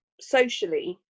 socially